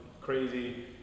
crazy